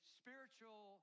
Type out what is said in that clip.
spiritual